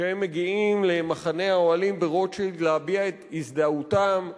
שמגיעים למחנה האוהלים ברוטשילד להביע את הזדהותם,